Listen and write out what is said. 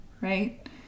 right